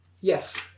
Yes